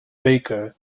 baker